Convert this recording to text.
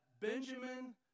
benjamin